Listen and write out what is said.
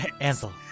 Ansel